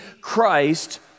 Christ